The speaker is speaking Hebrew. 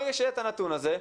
ברגע שיהיה לנו את הנתון הזה,